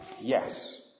yes